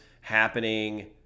happening